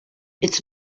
its